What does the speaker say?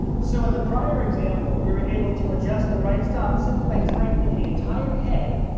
so in the prior example we were able to adjust the right stop simply by tightening the entire head